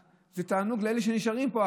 זה תענוג לאלה שנשארים פה,